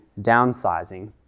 Downsizing